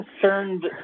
concerned